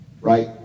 Right